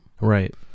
Right